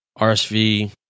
RSV